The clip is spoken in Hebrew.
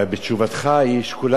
שקולה כנגד כל השרים,